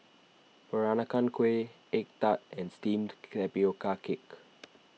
Peranakan Kueh Egg Tart and Steamed Tapioca Cake